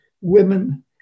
women